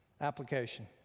Application